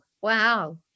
Wow